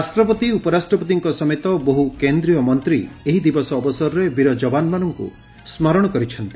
ରାଷ୍ଟ୍ରପତି ଉପରାଷ୍ଟ୍ରପତିଙ୍କ ସମେତ ବହ୍ର କେନ୍ଦ୍ରୀୟ ମନ୍ତ୍ରୀ ଏହି ଦିବସ ଅବସରରେ ବୀର ଯବାନମାନଙ୍କୁ ସ୍କରଣ କରିଛନ୍ତି